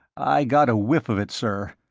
i got a whiff of it, sir.